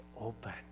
open